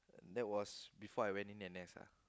that was before I went in N_S ah